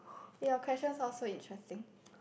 your question sound so interesting